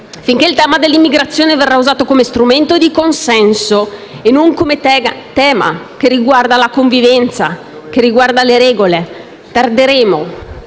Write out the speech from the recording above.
Finché il tema dell'immigrazione verrà usato come strumento di consenso e non come tema che riguarda la convivenza e le regole, tarderemo